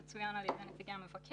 זה צוין על ידי נציגי המבקר.